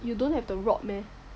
you don't have the rod meh